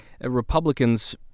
Republicans